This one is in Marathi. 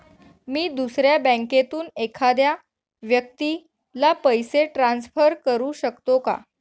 मी दुसऱ्या बँकेतून एखाद्या व्यक्ती ला पैसे ट्रान्सफर करु शकतो का?